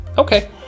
Okay